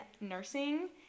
nursing